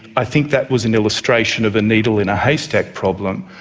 i think that was an illustration of a needle in a haystack problem,